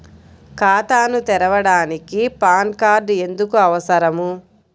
ఖాతాను తెరవడానికి PAN card ఎందుకు అవసరము?